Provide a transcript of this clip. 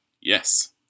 Yes